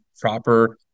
proper